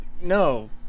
no